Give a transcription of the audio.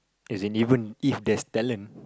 as in even if there's talent